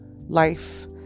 life